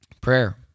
Prayer